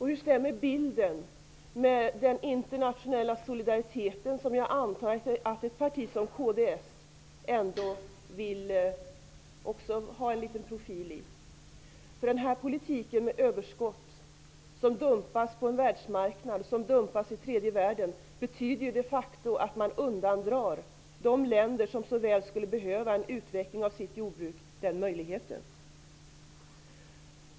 Hur stämmer den bilden med den internationella solidariteten, som jag antar att ett parti som kds vill profilera sig för? Politiken innebär att överskott dumpas på en världsmarknad, vilket drabbar tredje världen. Det betyder de facto att man undandrar de länder som så väl skulle behöva en utveckling av sitt jordbruk denna möjlighet.